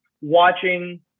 watching